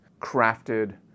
crafted